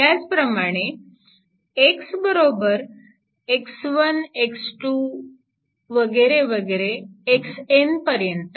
त्याच प्रमाणे X x 1 x 2 xn पर्यंत